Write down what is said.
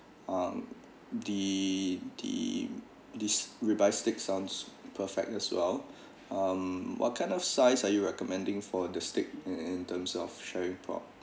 um the the this rib eye steak sounds perfect as well um what kind of size are you recommending for the steak and in terms of sharing pot